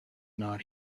not